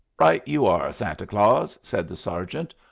right you are, santa claus, said the sergeant,